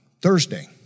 Thursday